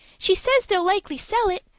she says they'll likely sell it,